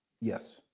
Yes